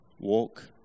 walk